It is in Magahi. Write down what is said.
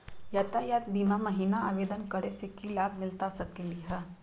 यातायात बीमा महिना आवेदन करै स की लाभ मिलता सकली हे?